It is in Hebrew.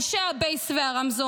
אנשי הבייס והרמזורים,